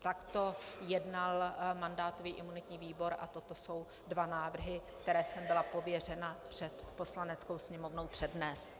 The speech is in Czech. Takto jednal mandátový a imunitní výbor a toto jsou dva návrhy, které jsem byla pověřena před Poslaneckou sněmovnou přednést.